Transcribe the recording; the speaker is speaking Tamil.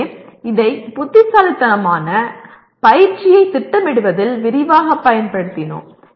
எனவே இதை புத்திசாலித்தனமான பயிற்சியைத் திட்டமிடுவதில் விரிவாகப் பயன்படுத்தினோம்